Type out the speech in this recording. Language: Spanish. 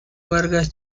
vargas